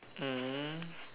mm